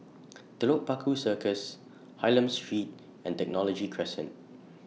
Telok Paku Circus Hylam Street and Technology Crescent